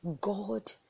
God